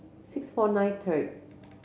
six four nine third